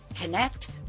connect